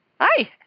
Hi